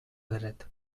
dret